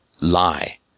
lie